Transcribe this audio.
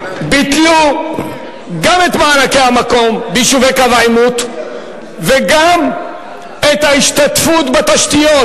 ביטלו גם את מענקי המקום ביישובי קו העימות וגם את ההשתתפות בתשתיות.